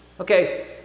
Okay